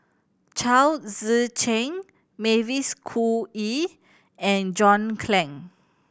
Chao Tzee Cheng Mavis Khoo Oei and John Clang